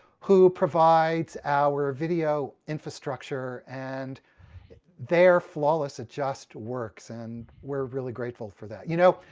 who provides our video infrastructure and they're flawless, it just works, and we're really grateful for that. you know,